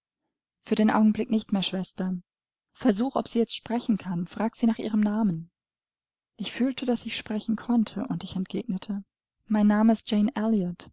für den augenblick nicht mehr schwester versuch ob sie jetzt sprechen kann frag sie nach ihrem namen ich fühlte daß ich sprechen konnte und ich entgegnete mein name ist